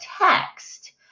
text